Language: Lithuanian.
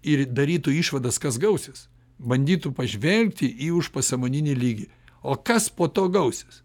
ir darytų išvadas kas gausis bandytų pažvelgti į užpasąmoninį lygį o kas po to gausis